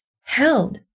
held